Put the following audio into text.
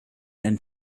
and